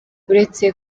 uretse